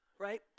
right